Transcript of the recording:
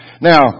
Now